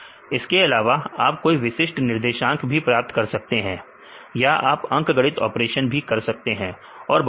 इसके अलावा आप कोई विशिष्ट निर्देशांक भी प्राप्त कर सकते हैं या आप अंकगणित ऑपरेशन भी कर सकते हैं और बहुत कुछ